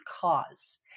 cause